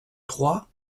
trois